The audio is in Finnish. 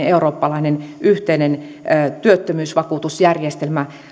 eurooppalainen yhteinen työttömyysvakuutusjärjestelmä